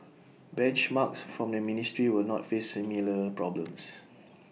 benchmarks from the ministry will not face similar problems